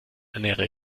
ernähre